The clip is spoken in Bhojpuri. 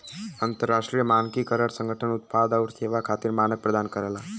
अंतरराष्ट्रीय मानकीकरण संगठन उत्पाद आउर सेवा खातिर मानक प्रदान करला